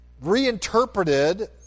reinterpreted